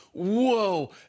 Whoa